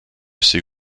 ces